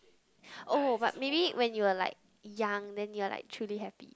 oh but maybe when you are like young then you are like truly happy